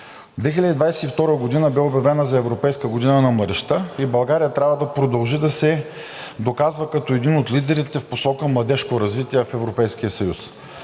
2022 г. бе обявена за Европейска година на младежта и България трябва да продължи да се доказва като един от лидерите в посока младежко развитие в Европейския съюз.